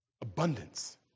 Abundance